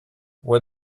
what